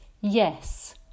yes